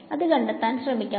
അത് കണ്ടെത്താൻ ശ്രമിക്കാം